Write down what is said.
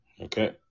Okay